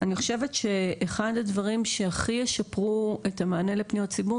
אני חושבת שאחד הדברים שהכי ישפרו את המענה לפניות ציבור